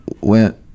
went